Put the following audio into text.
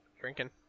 Drinking